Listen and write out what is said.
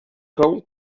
cão